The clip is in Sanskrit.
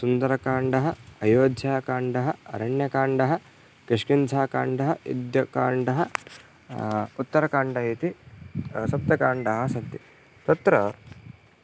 सुन्दरकाण्डं अयोध्याकाण्डम् अरण्यकाण्डं किष्किन्धाकाण्डं युद्धकाण्डं उत्तरकाण्डम् इति सप्तकाण्डानि सन्ति तत्र